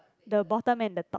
the bottom and the top